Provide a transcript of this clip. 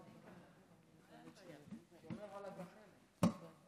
ברצוני להודות לך על העלאת סוגיית צבא העם לסדר-היום.